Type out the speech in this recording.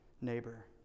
neighbor